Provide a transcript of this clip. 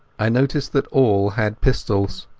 i noticed that all had pistols.